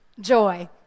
joy